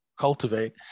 cultivate